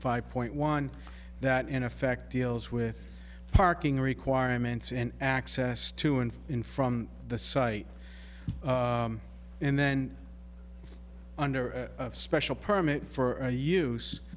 five point one that in effect deals with parking requirements and access to and in from the site and then under a special permit for u